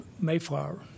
Mayflower